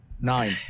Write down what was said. nine